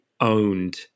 owned